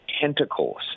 tentacles